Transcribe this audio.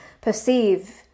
perceive